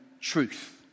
truth